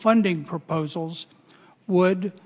funding proposals would